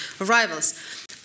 arrivals